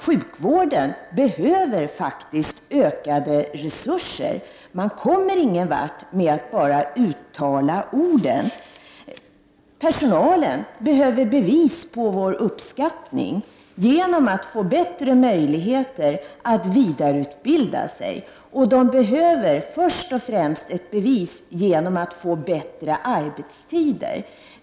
Sjukvården behöver faktiskt ökade resurser. Man kommer ingen vart med att bara uttala orden. Personalen behöver bevis på vår uppskattning, t.ex. genom bättre möjligheter att vidareutbilda sig. Det bevis som först och främst behövs är bättre arbetstider.